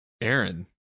Aaron